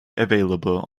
available